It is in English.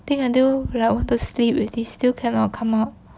think until like want to sleep already still cannot come out